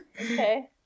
Okay